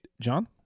John